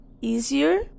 easier